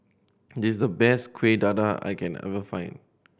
this is the best Kuih Dadar I can ever find